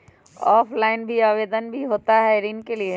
Offline भी आवेदन भी होता है ऋण के लिए?